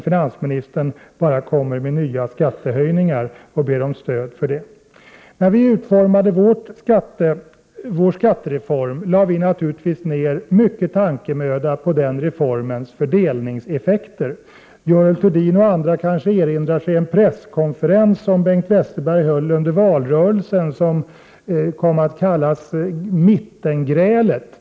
Finansministern kommer bara med nya skattehöjningar och ber om stöd för dem. När vi utformade vår skattereform lade vi naturligtvis ned mycken tankemöda på den reformens fördelningseffekter. Görel Thurdin och andra kanske erinrar sig en presskonferens som Bengt Westerberg höll under valrörelsen, vilken kom att kallas för mittengrälet.